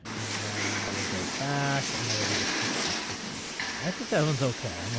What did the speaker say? and then we'll go back. and then we'll do the sixty, sixty five. i think that one's ok. um